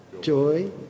joy